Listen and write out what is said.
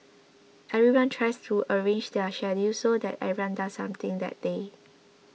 everyone tries to arrange their schedules so that everyone does something that day